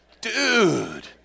Dude